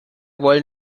wollen